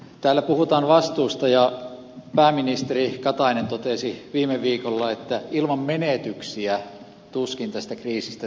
täällä puhutaan vastuusta ja pääministeri katainen totesi viime viikolla että ilman menetyksiä tuskin tästä kriisistä selvitään